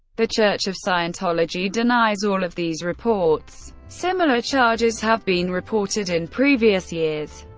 the church of scientology denies all of these reports. similar charges have been reported in previous years.